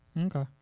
Okay